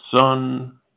son